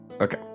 Okay